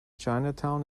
chinatown